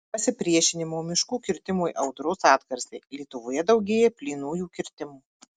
pasipriešinimo miškų kirtimui audros atgarsiai lietuvoje daugėja plynųjų kirtimų